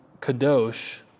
Kadosh